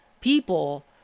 people